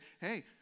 hey